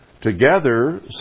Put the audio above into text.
together